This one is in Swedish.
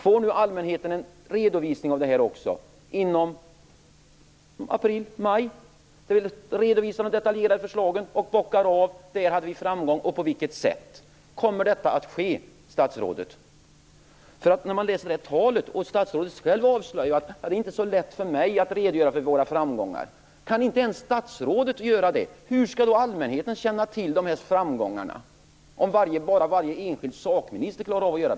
Får nu också allmänheten en redovisning under april-maj av de här detaljerade förslagen, där man bockar av vad vi hade framgång med och på vilket sätt? Kommer detta att ske, statsrådet? Efter sitt tal avslöjar statsrådet själv att det inte är så lätt för henne att redogöra för våra framgångar. Om inte ens statsrådet kan göra det, hur skall då allmänheten känna till dessa framgångar? Skall bara varje enskild sakminister klara av detta?